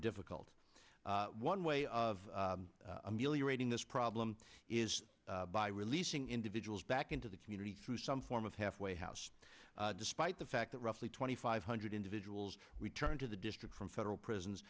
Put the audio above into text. difficult one way of ameliorating this problem is by releasing individuals back into the community through some form of halfway house despite the fact that roughly twenty five hundred individuals returned to the district from federal prisons